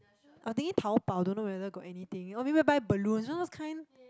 I thinking Taobao don't know whether got anything or maybe buy balloons you know those kind